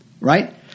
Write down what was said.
right